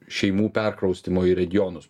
šeimų perkraustymo į regionus